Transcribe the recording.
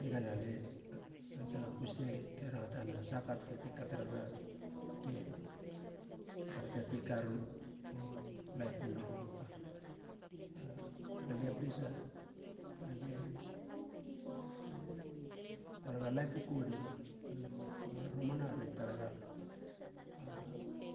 Nigana lie ansa ga kuestin te rangata nena sahaka te katerara te bara te tatei karu laip u niga moka? Tara lia pesa, a lie e taraga laip u niga kaba romana re taraga a